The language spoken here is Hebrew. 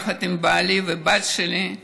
יחד עם בעלי והבת שלי,